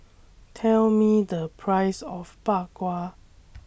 Tell Me The Price of Bak Kwa